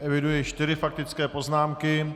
Eviduji čtyři faktické poznámky.